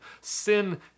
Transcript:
Sin